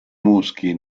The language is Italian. muschi